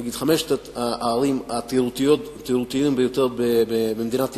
נגיד חמש הערים התיירותיות ביותר במדינת ישראל,